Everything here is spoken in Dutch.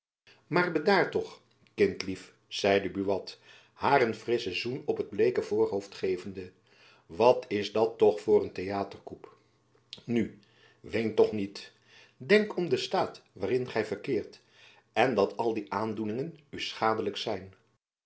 maar bedaar toch kindlief zeide buat haar een frisschen zoen op het bleeke voorhoofd gevende wat is dat toch voor een theaterkoep nu ween toch niet denk om den staat waarin gy verkeert en dat alle aandoeningen u schadelijk zijn